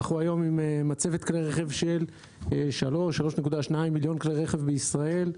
אנחנו היום עם מצבת כלי רכב של 3,200,000 כלי רכב בישראל,